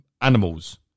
animals